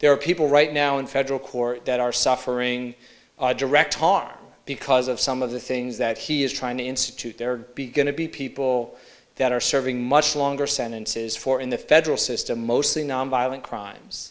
there are people right now in federal court that are suffering direct talks because of some of the things that he is trying to institute there are going to be people that are serving much longer sentences for in the federal system mostly nonviolent crimes